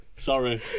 Sorry